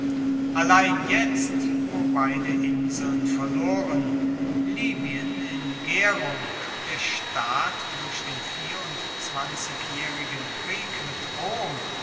allein jetzt wo beide inseln verloren libyen in gaerung der staat durch den vierundzwanzigjaehrigen krieg mit rom